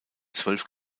zwölf